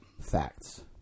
Facts